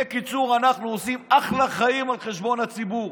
בקיצור, אנחנו עושים אחלה חיים על חשבון הציבור.